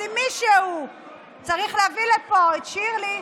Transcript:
אז אם מישהו צריך להביא לפה את שירלי,